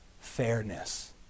fairness